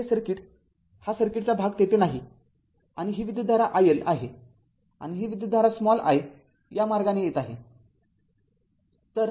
तर हे सर्किट हा सर्किटचा भाग तेथे नाही आहे आणि ही विद्युतधारा i L आहे आणि ही विद्युतधारा i या मार्गाने येत आहे